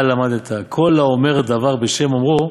הא למדת כל האומר דבר בשם אומרו